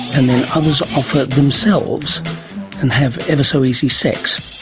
and then others offer themselves and have ever-so-easy sex,